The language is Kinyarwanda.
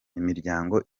imiryango